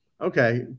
okay